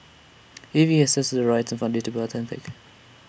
A V A has tested the right and found IT to be authentic